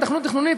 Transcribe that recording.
היתכנות תכנונית,